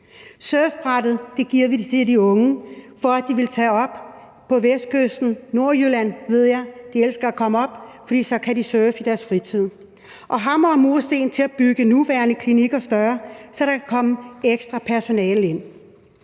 Surfbrættet giver vi til de unge, for at de vil tage til Vestkysten – Nordjylland ved jeg de elsker at komme op til, for så kan de surfe i deres fritid. Og hamre og mursten skal bruges til at bygge nuværende klinikker større, så der kan komme ekstra personale ind.